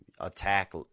attack